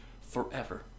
forever